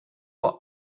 are